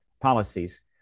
policies